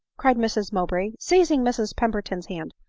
cried mrs mowbray, seizing mrs pemberton's hand.